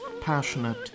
passionate